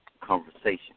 conversation